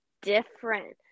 different